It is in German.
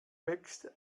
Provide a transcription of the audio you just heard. wächst